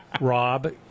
Rob